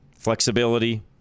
Flexibility